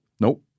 Nope